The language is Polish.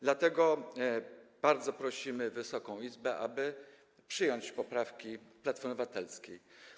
Dlatego bardzo prosimy Wysoką Izbę, aby przyjąć poprawki Platformy Obywatelskiej.